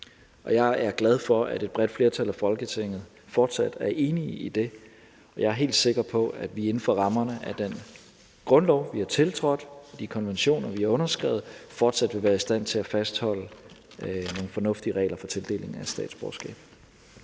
Jeg er glad for, at bredt flertal i Folketinget fortsat er enig i det, og jeg helt sikker på, at vi inden for rammerne af den grundlov, vi har tiltrådt, og de konventioner, vi har underskrevet, fortsat vil være i stand til at fastholde nogle fornuftige regler for tildeling af statsborgerskab.